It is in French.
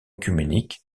œcuménique